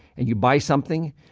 and you buy something,